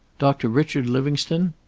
doctor richard livingstone?